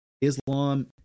Islam